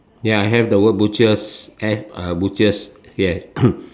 ya I have the word butchers uh butchers yes